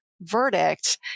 verdict